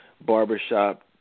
Barbershop